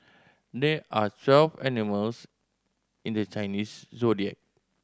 there are twelve animals in the Chinese Zodiac